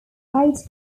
aitken